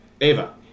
Ava